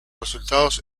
resultados